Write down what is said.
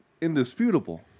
indisputable